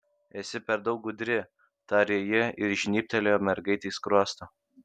esi per daug gudri tarė ji ir žnybtelėjo mergaitei skruostą